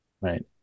Right